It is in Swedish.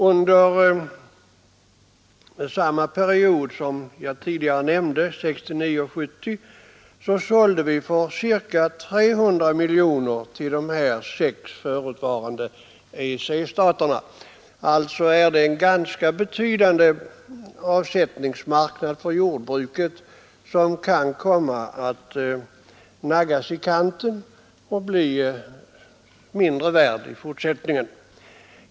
Under samma period, 1969—1971, sålde vi för ca 300 miljoner kronor till de sex förutvarande EEC-staterna. Alltså är det en ganska betydande avsättningsmarknad för jordbruket som kan komma att naggas i kanten och få mindre utrymme i fortsättningen.